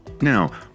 Now